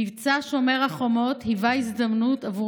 מבצע שומר החומות היווה הזדמנות עבור